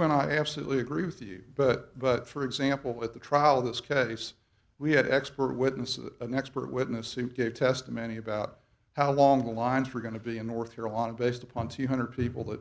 when i absolutely agree with you but but for example at the trial of this case we had expert witnesses an expert witness testimony about how long the lines were going to be in north carolina based upon two hundred people that